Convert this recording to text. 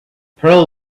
pearl